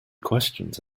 questions